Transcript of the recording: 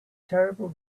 terrible